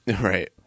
Right